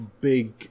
big